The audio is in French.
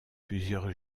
plusieurs